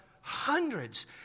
hundreds